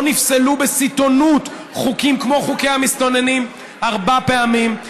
לא נפסלו בסיטונות חוקים כמו חוקי המסתננים ארבע פעמים.